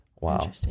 Wow